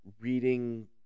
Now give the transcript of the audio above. reading